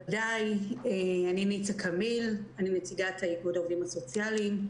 אני ניצה קמיל ואני נציגת העובדים הסוציאליים.